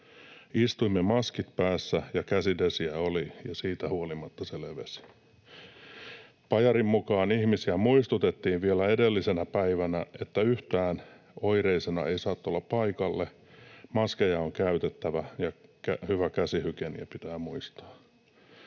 ’Istuimme maskit päässä, ja käsidesiä oli, ja siitä huolimatta se levisi.’ Pajarin mukaan ihmisiä muistutettiin vielä edellisenä päivänä, että yhtään oireisena ei saa tulla paikalle, maskeja on käytettävä ja hyvä käsihygienia pitää muistaa.